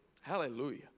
Hallelujah